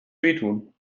wehtun